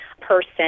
person